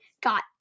got